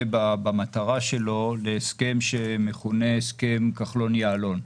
במטרה שלו להסכם שמכונה הסכם כחלון-יעלון.